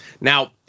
Now